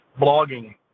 blogging